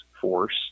force